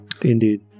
Indeed